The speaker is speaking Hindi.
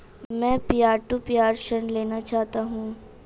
मैं पीयर टू पीयर ऋण लेना चाहता हूँ